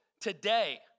today